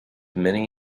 many